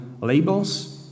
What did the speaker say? labels